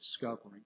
discovering